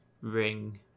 ring